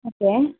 okay